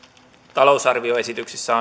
talousarvioesityksessä